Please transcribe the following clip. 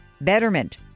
Betterment